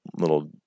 little